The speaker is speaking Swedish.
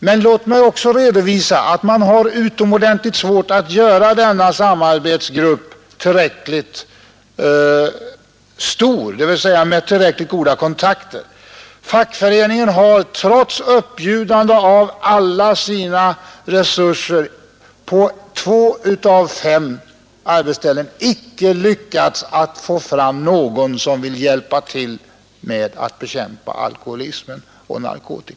Men låt mig också redovisa att man har utomordentligt svårt att göra denna samarbetsgrupp tillräckligt stor, dvs. så att den får tillräckligt goda kontakter. Fackföreningen har, trots uppbjudande av alla sina resurser, på två av fem arbetsställen icke lyckats få fram någon som vill hjälpa till med att bekämpa alkoholismen och narkomanin.